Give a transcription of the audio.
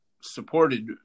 supported